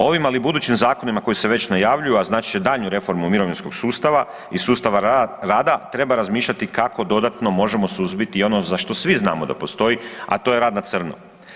Ovim, ali i budućim zakonima koji se najavljuju, a značit će daljnju reformu mirovinskog sustava i sustava rada treba razmišljati kako dodatno možemo suzbiti ono za što svi znamo da postoji, a to je rad na crno.